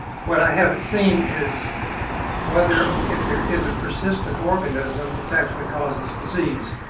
what i haven't seen is whether if there is a persistent organism, it actually causes disease.